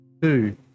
two